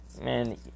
man